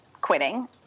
quitting